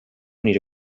nire